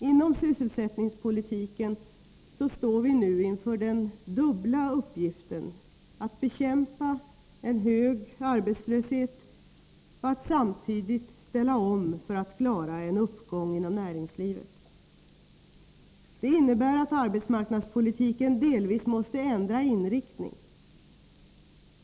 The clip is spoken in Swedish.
Inom sysselsättningspolitiken står vi nu inför den dubbla uppgiften att bekämpa en hög arbetslöshet och att samtidigt ställa om för att klara en uppgång inom näringslivet. Det innebär att arbetsmarknadspolitiken delvis måste ändra inriktning.